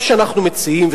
מה שאנחנו מציעים,